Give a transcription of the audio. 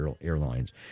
airlines